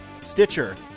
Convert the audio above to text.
Stitcher